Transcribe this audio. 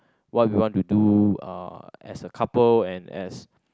what we want to do uh as a couple and as